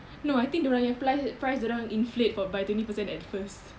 no I think dorang nya price price dorang inflate for by twenty percent at first